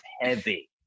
heavy